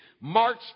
March